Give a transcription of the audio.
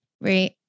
Right